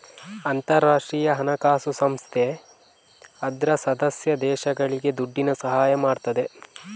ಅಂತಾರಾಷ್ಟ್ರೀಯ ಹಣಕಾಸು ಸಂಸ್ಥೆ ಅದ್ರ ಸದಸ್ಯ ದೇಶಗಳಿಗೆ ದುಡ್ಡಿನ ಸಹಾಯ ಮಾಡ್ತದೆ